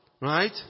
right